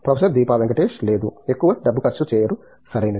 professor Deepa Venkatesh లేదు ఎక్కువ డబ్బు ఖర్చు చేయరు సరియైనది